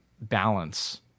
balance